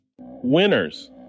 Winners